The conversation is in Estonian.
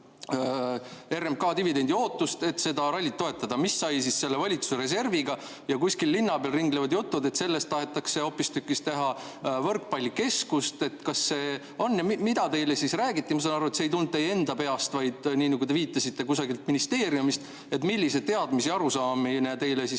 RMK dividendi ootust, et seda rallit toetada. Mis sai sellest valitsuse reservist? Ja kuskil linna peal ringlevad jutud, et sellest tahetakse hoopistükkis teha võrkpallikeskust. Kas see on [nii]? Mida teile räägiti? Ma saan aru, et see ei tulnud teie enda peast, vaid nii, nagu te viitasite, kusagilt ministeeriumist. Millised teadmised ja arusaamine teile seal